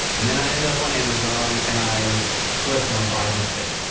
and then i end up on amazon, and i click, and i buy the thing.